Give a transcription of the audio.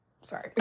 Sorry